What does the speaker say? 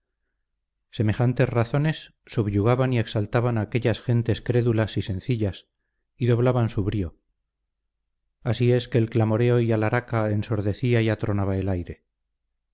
semejantes razones subyugaban y exaltaban a aquellas gentes crédulas y sencillas y doblaban su brío así es que el clamoreo y alharaca ensordecía y atronaba el aire